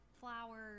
flowers